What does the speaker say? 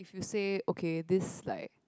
to say okay this like